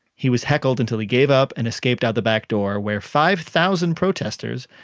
he was heckled until he gave up and escaped out the back door, where five thousand protesters,